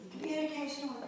Communication